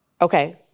Okay